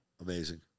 Amazing